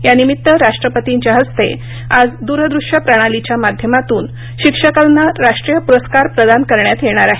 यानिमित्त राष्ट्रपतींच्या हस्ते आज द्रदूश्य प्रणालीच्या माध्यमातून शिक्षकांना राष्ट्रीय प्रस्कार प्रदान करण्यात येणार आहेत